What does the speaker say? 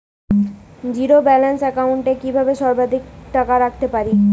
Zero balance account এ সর্বাধিক কত টাকা রাখতে পারি?